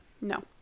no